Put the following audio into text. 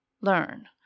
learn